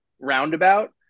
roundabout